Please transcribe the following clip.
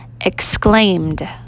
Exclaimed